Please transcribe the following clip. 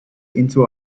into